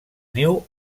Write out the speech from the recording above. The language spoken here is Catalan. niu